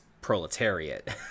proletariat